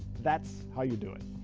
that's how you do it.